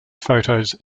photos